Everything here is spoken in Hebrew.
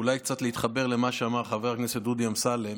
ואולי קצת להתחבר למה שאמר חבר הכנסת דודי אמסלם